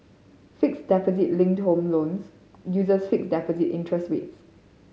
fixed deposit linked home loans users fixed deposit interest rates